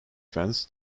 fans